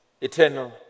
Eternal